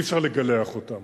אי-אפשר לגלח אותם,